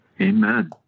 Amen